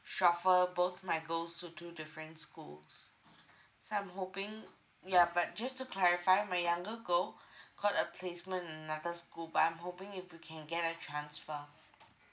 chauffeur both my girls to two different schools so I'm hoping ya but just to clarify my younger girl got a placement in another school but I'm hoping if we can get a transfer